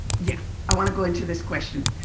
yeah, i want to go in to this question.